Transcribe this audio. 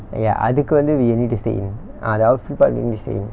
ya அதுக்கு வந்து:athukku vanthu we need to stay in ah the outfield part we need to stay in